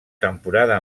temporada